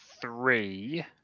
three